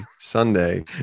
Sunday